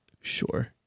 sure